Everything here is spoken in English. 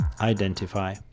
identify